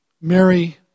Mary